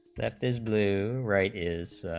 that is blue rate is